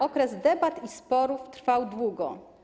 Okres debat i sporów trwał długo.